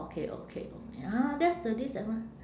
okay okay o~ ya that's the disadvant~